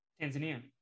Tanzania